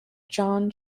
john